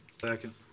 Second